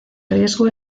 riesgo